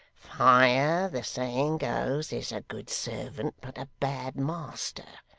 fire, the saying goes, is a good servant, but a bad master.